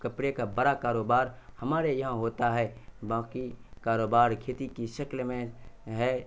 کپڑے کا بڑا کاروبار ہمارے یہاں ہوتا ہے باقی کاروبار کھیتی کی شکل میں ہے